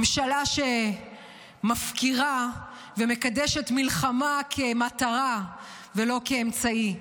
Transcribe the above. ממשלה שמפקירה, ומקדשת מלחמה כמטרה ולא כאמצעי.